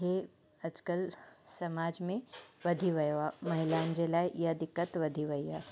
त हे अॼु कल्ह समाज में वधी वियो आहे महिलाउनि लाइ इहो दिक़त वधी वयी आहे